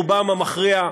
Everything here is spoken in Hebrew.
רובם המכריע,